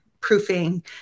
proofing